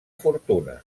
fortuna